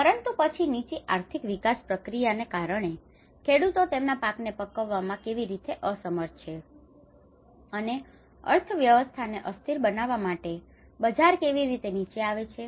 પરંતુ પછી નીચી આર્થિક વિકાસ પ્રક્રિયાને કારણે ખેડૂતો તેમના પાકને પકવવામાં કેવી રીતે અસમર્થ છે અને અર્થવ્યવસ્થાને અસ્થિર બનાવવા માટે બજાર કેવી રીતે નીચી આવે છે